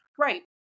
Right